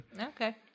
Okay